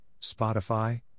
Spotify